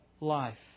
life